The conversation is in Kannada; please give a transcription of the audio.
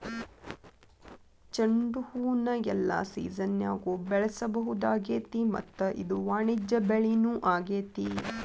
ಚಂಡುಹೂನ ಎಲ್ಲಾ ಸಿಜನ್ಯಾಗು ಬೆಳಿಸಬಹುದಾಗೇತಿ ಮತ್ತ ಇದು ವಾಣಿಜ್ಯ ಬೆಳಿನೂ ಆಗೇತಿ